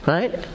Right